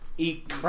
Eat